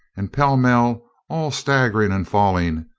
and pell mell, all staggering and falling,